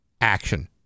action